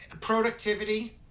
productivity